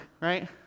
right